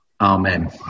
amen